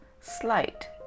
slight